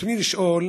רצוני לשאול: